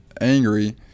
angry